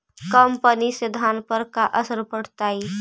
कम पनी से धान पर का असर पड़तायी?